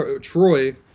Troy